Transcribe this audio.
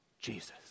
Jesus